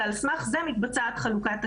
ועל סמך זה מתבצעת חלוקת הכסף.